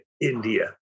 India